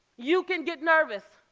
you can get nervous,